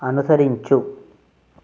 అనుసరించు